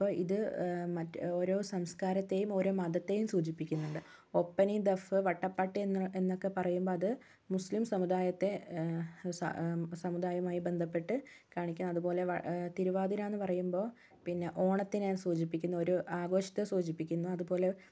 അപ്പോൾ ഇത് മറ്റ് ഓരോ സംസ്കാരത്തെയും ഓരോ മതത്തെയും സൂചിപ്പിക്കുന്നുണ്ട് ഒപ്പനയും ദഫ് വട്ടപ്പാട്ട് എന്ന് എന്നൊക്കെ പറയുമ്പോൾ അത് മുസ്ലിം സമുദായത്തെ സമുദായവുമായി ബന്ധപ്പെട്ട് കാണിക്കുന്നു അതുപോലെ തിരുവാതിര എന്ന് പറയുമ്പോൾ പിന്നെ ഓണത്തിനെ സൂചിപ്പിക്കുന്നു ഒരു ആഘോഷത്തെ സൂചിപ്പിക്കുന്നു അതുപോലെ